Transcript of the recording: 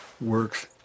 works